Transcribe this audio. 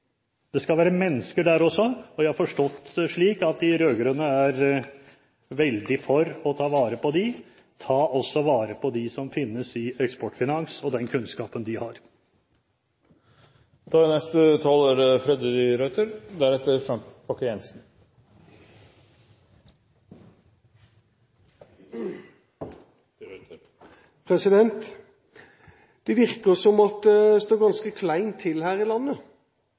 Det skal være mennesker der også, og jeg har forstått det slik at de rød-grønne er veldig for å ta vare på dem. Ta også vare på dem som finnes i Eksportfinans, og den kunnskapen de har. Det virker som om det står ganske kleint til her i landet,